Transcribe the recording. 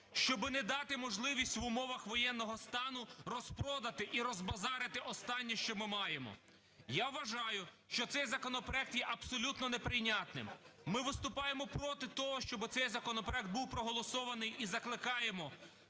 щоби не дати можливість в умовах воєнного стану розпродати і розбазарити останнє, що ми маємо. Я вважаю, що цей законопроект є абсолютно неприйнятним. Ми виступаємо проти того, щоб цей законопроект був проголосований і закликаємо